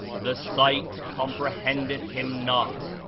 the sight comprehendeth him not,